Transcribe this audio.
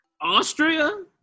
Austria